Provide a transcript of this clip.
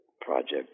project